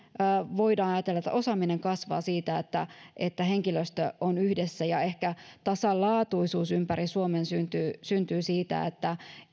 voidaan ajatella että osaaminen kasvaa siitä että että henkilöstö on yhdessä ja ehkä tasalaatuisuus ympäri suomen syntyy siitä että